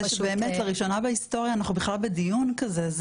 שבאמת לראשונה בהיסטוריה אנחנו בכלל בדיון כזה.